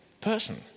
person